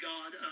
God